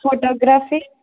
photography